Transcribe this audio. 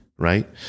Right